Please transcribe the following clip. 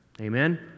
Amen